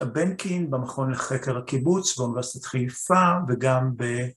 טבנקין במכון לחקר הקיבוץ באוניברסיטת חייפה וגם ב...